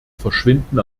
verschwinden